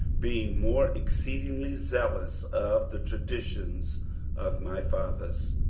being more exceedingly zealous of the traditions of my fathers.